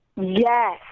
Yes